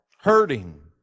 hurting